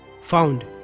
found